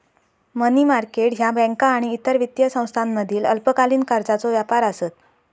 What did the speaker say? मनी market ह्या बँका आणि इतर वित्तीय संस्थांमधील अल्पकालीन कर्जाचो व्यापार आसत